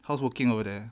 how's working over there